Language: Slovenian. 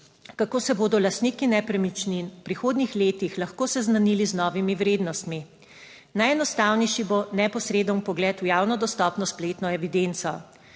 kako se bodo lastniki nepremičnin v prihodnjih letih lahko seznanili z novimi vrednostmi. Najenostavnejši bo neposreden vpogled v javno dostopno spletno evidenco.